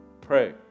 pray